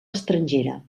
estrangera